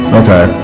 okay